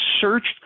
searched